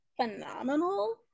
phenomenal